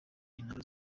intambara